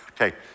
Okay